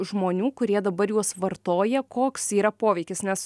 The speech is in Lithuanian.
žmonių kurie dabar juos vartoja koks yra poveikis nes